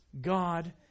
God